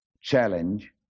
challenge